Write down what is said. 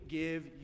give